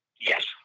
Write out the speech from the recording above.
Yes